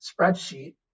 spreadsheet